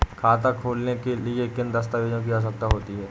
खाता खोलने के लिए किन दस्तावेजों की आवश्यकता होती है?